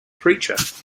preacher